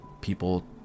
people